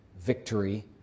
victory